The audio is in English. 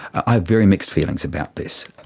i have very mixed feelings about this.